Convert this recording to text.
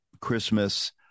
Christmas